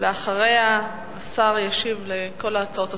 אחריה השר ישיב על כל ההצעות הדחופות.